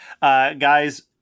Guys